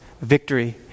victory